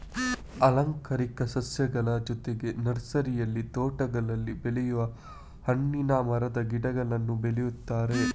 ಅಲಂಕಾರಿಕ ಸಸ್ಯಗಳ ಜೊತೆಗೆ ನರ್ಸರಿಯಲ್ಲಿ ತೋಟಗಳಲ್ಲಿ ಬೆಳೆಯುವ ಹಣ್ಣಿನ ಮರದ ಗಿಡಗಳನ್ನೂ ಬೆಳೆಯುತ್ತಾರೆ